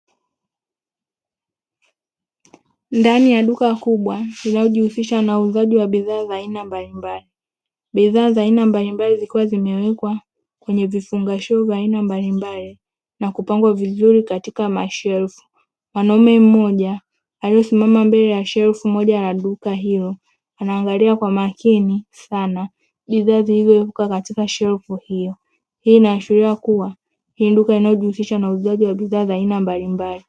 Ndani ya duka kubwa linalojihusisha na uuzaji wa bidhaa za aina mbalimbali, bidhaa za aina mbalimbali zikiwa zimewekwa kwenye vifungashio vya aina mbalimbali na kupangwa vizuri katika mashelfu, mwanaume mmoja aliyesimama mbele ya shelfu moja la duka hilo anaangalia kwa makini sana bidhaa zilizowekwa katika shelfu hiyo, hii inaahsiria kuwa hii ni duka linalojihusisha na uuzaji wa bidhaa za aina mbalimbali.